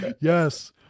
yes